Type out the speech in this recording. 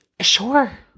sure